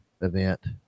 event